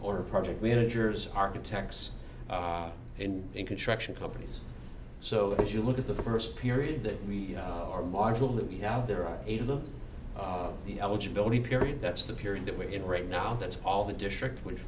or project managers architects and in construction companies so that if you look at the first period that we are marshall that we have there are eight of them the eligibility period that's the period that we're in right now that's all the district which